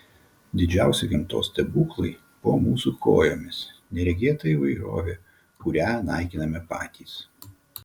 didžiausi gamtos stebuklai po mūsų kojomis neregėta įvairovė kurią naikiname patys